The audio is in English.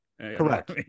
Correct